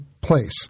place